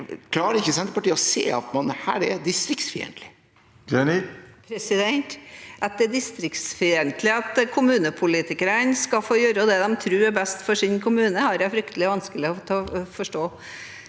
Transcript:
Klarer ikke Senterpartiet å se at man her er distriktsfiendtlig? Heidi Greni (Sp) At det er distrikts- fiendtlig at kommunepolitikere skal få gjøre det de tror er best for sin kommune, har jeg fryktelig vanskelig for å forstå.